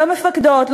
לא מפקדות,